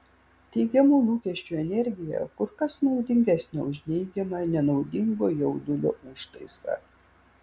teigiamų lūkesčių energija kur kas naudingesnė už neigiamą nenaudingo jaudulio užtaisą